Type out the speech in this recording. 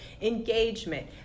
Engagement